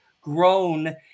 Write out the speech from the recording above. grown